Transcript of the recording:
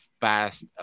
fast